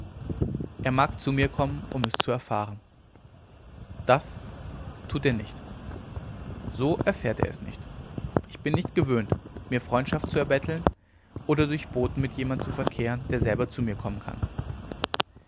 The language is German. er mag zu mir kommen um es zu erfahren das tut er nicht so erfährt er es nicht ich bin nicht gewöhnt mir freundschaft zu erbetteln oder durch boten mit jemand zu verkehren der selber zu mir kommen kann